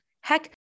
Heck